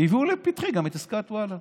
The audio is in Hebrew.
הביאו לפתחי גם את עסקת וואלה,